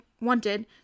wanted